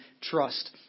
trust